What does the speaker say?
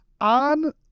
On